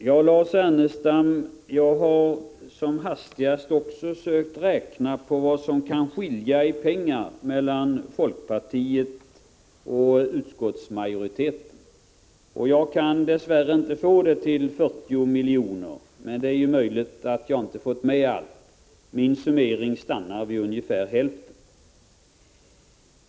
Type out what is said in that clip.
Herr talman! Jag har också, Lars Ernestam, hastigt försökt räkna ut hur mycket det kan skilja i pengar mellan folkpartiets och utskottsmajoritetens förslag. Jag kan dess värre inte få det till 40 milj.kr., men det är möjligt att jag inte fått med allt. Min summering stannar vid ungefär hälften.